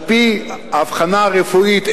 על-פי אבחנה רפואית,